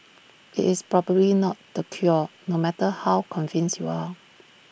IT is probably not the cure no matter how convinced you are